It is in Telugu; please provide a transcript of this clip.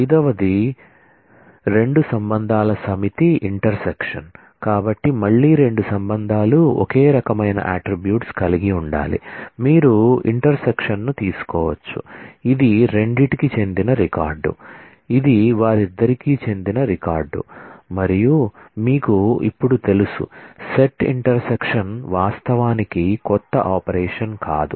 ఐదవది 2 రిలేషన్స్ యొక్క సమితి ఇంటర్సెక్షన్ వాస్తవానికి కొత్త ఆపరేషన్ కాదు